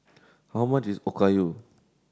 how much is Okayu